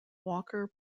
walker